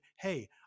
hey